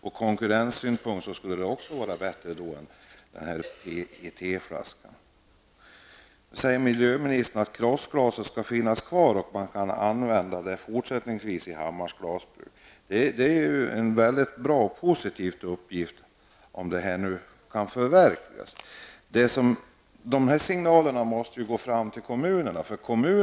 Ur konkurrenssynpunkt skulle denna flaska också vara bättre än PET Miljöministern säger att krossglaset skall finnas kvar och att man kan använda det fortsättningsvis i Hammars glasbruk. Det är ju en mycket positiv uppgift, om detta nu kan förverkligas. De här signalerna måste ju gå fram till kommunerna.